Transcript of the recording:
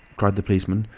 cried the policeman,